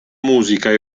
musica